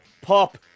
pop